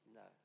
no